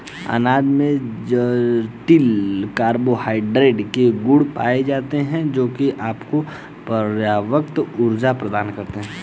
अनाज में जटिल कार्बोहाइड्रेट के गुण पाए जाते हैं, जो आपको पर्याप्त ऊर्जा प्रदान करते हैं